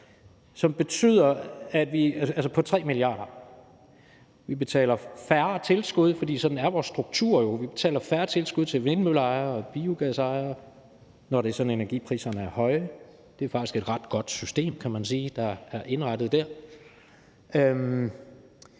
struktur jo. Vi betaler færre tilskud til vindmølleejere og biogasejere, når det er sådan, at energipriserne er høje. Det er faktisk et ret godt system, kan man sige, der